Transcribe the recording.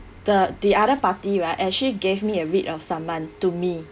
the the other party where I actually gave me a writ of summon to me